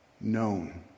known